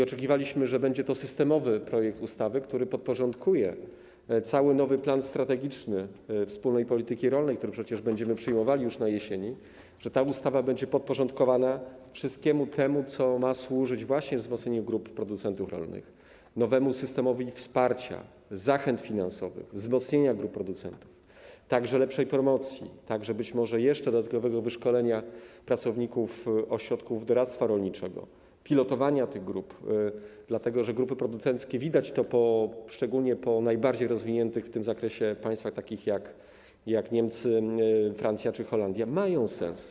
Oczekiwaliśmy, że będzie to systemowy projekt ustawy, który podporządkuje cały nowy plan strategiczny wspólnej polityki rolnej, który przecież będziemy przyjmowali już na jesieni, i że ta ustawa będzie podporządkowana wszystkiemu temu, co ma służyć właśnie wzmocnieniu grup producentów rolnych, nowemu systemowi wsparcia, zachęt finansowych, wzmocnieniu grup producentów, także lepszej promocji, także być może jeszcze dodatkowemu wyszkoleniu pracowników ośrodków doradztwa rolniczego, pilotowaniu tych grup, dlatego że grupy producenckie - widać to szczególnie po najbardziej rozwiniętych w tym zakresie państwach, takich jak Niemcy, Francja czy Holandia - mają sens.